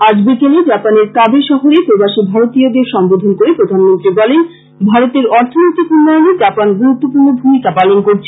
আজ বিকেলে জাপানের কাবে শহরে প্রবাসী ভারতীয়দের সম্মোধন করে প্রধানমন্ত্রী বলেন যে ভারতের অর্থনৈতিক উন্নয়নে জাপান গুরুত্বপূর্ণ ভূমিকা পালন করছে